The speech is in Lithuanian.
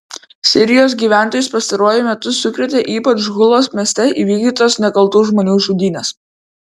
sirijos gyventojus pastaruoju metu sukrėtė ypač hulos mieste įvykdytos nekaltų žmonių žudynės